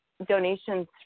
donations